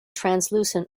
translucent